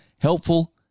helpful